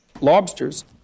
Lobsters